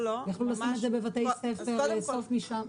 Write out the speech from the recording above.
יכלו לשים את זה בבתי ספר, לאסוף משם.